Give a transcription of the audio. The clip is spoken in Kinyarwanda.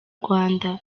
rwanda